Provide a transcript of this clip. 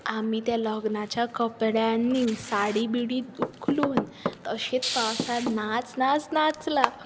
आमी त्या लग्नाच्या कपड्यांनी साडी बिडी उखलून तशींच पावसांत नाच नाच नाचलां